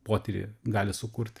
potyrį gali sukurt